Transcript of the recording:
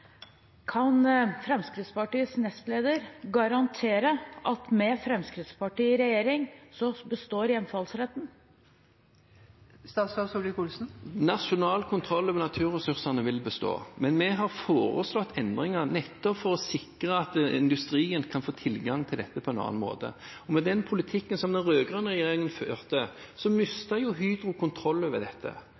Kan Fremskrittspartiets nestleder garantere at med Fremskrittspartiet i regjering består hjemfallsretten? Nasjonal kontroll over naturressursene vil bestå, men vi har foreslått endringer nettopp for å sikre at industrien kan få tilgang til dette på en annen måte. Med den politikken som den rød-grønne regjeringen førte, mistet Hydro kontroll over dette.